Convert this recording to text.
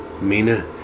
Mina